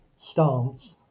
stance